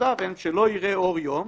שתוצאותיו הן שלא יראה אור יום,